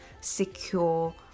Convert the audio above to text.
secure